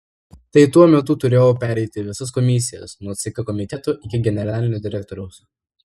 tai tuo metu turėjau pereiti visas komisijas nuo ck komiteto iki generalinio direktoriaus